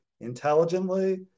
intelligently